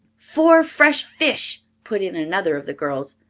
four fresh fish, put in another of the girls.